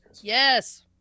Yes